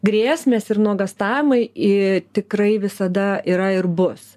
grėsmės ir nuogąstavimai i tikrai visada yra ir bus